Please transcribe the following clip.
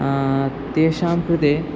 तेषां कृते